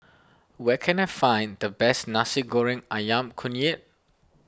where can I find the best Nasi Goreng Ayam Kunyit